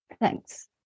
Thanks